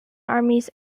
armies